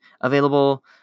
available